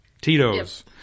Tito's